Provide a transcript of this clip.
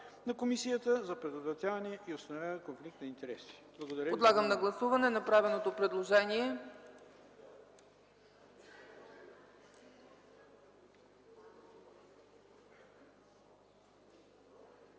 на Комисията за предотвратяване и установяване конфликт на интереси.